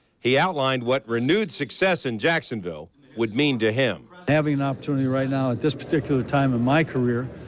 he outlined what renewed success in jacksonville would mean to him. having an opportunity right now at this particular time in my career